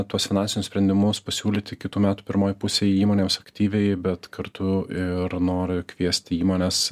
tuos finansinius sprendimus pasiūlyti kitų metų pirmoj pusėj įmonėms aktyviai bet kartu ir noriu kviesti įmones